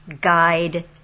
Guide